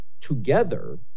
together